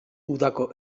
udako